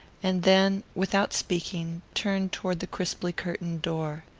and then, without speaking, turned toward the crisply-curtained door.